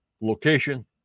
location